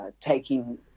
taking